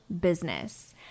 business